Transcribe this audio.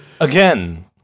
again